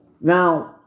now